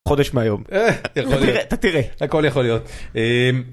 חודש מהיום, אתה תראה, הכל יכול להיות.